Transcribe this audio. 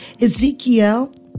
Ezekiel